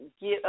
get